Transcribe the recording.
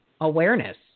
awareness